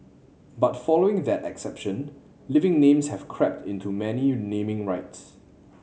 but following that exception living names have crept into many you naming rights